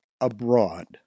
abroad